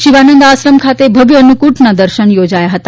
શિવાનંદ આશ્રમ ખાતે ભવ્ય અન્નફૂટના દર્શન યોજાયા હતા